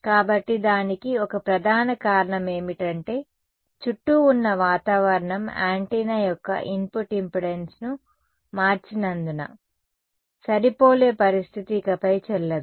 కాబట్టి దానికి ఒక ప్రధాన కారణం ఏమిటంటే చుట్టూ ఉన్న వాతావరణం యాంటెన్నా యొక్క ఇన్పుట్ ఇంపెడెన్స్ను మార్చినందున సరిపోలే పరిస్థితి ఇకపై చెల్లదు